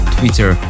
Twitter